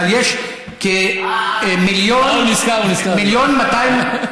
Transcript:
אומנם אנחנו לבד, אבל יש כ-1.2 מיליון צופים.